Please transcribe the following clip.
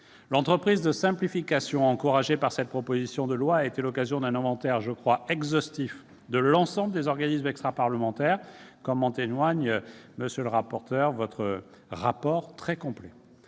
L'entreprise de simplification encouragée par cette proposition de loi a été l'occasion d'un inventaire, que je crois exhaustif, de ces organismes extraparlementaires, comme en témoigne le rapport très complet